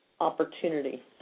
opportunity